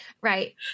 Right